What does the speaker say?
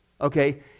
okay